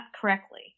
correctly